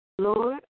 Lord